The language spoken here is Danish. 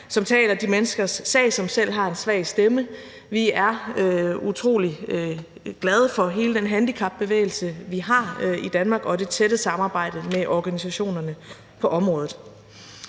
som taler de menneskers sag, som selv har en svag stemme. Vi er utrolig glade for hele den handicapbevægelse, vi har i Danmark, og det tætte samarbejde med organisationerne på området.